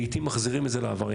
לעיתים מחזירים את זה לעבריין,